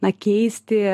na keisti